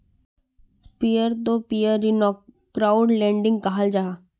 peer to peer ऋन्नोक crowd lending कहाल जाहा